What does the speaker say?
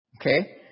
Okay